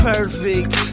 Perfect